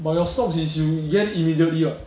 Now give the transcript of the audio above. but your stocks is you you get it immediately [what]